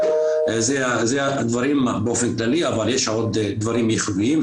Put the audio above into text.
אז תשימו לב איך הם תוקעים את התכנון שלנו,